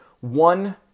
One